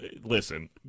Listen